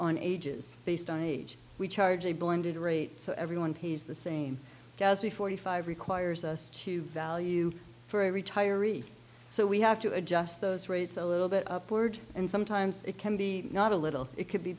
on ages based on age we charge a blended rate so everyone pays the same gadsby forty five requires us to value for a retiree so we have to adjust those rates a little bit upward and sometimes it can be not a little it c